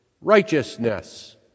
righteousness